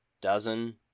dozen